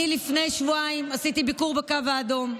לפני שבועיים עשיתי ביקור בקו האדום.